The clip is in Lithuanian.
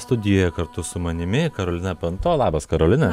studijoje kartu su manimi karolina panto labas karolina